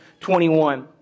21